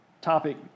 topic